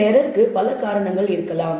இந்த எரர்க்கு பல காரணங்கள் இருக்கலாம்